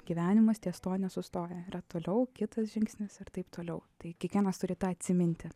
gyvenimas ties tuo nesustoja yra toliau kitas žingsnis ir taip toliau tai kiekvienas turi tą atsiminti